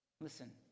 Listen